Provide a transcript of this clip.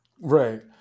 Right